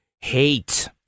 Hate